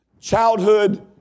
Childhood